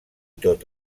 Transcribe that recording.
tot